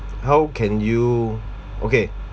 how can you okay